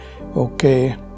okay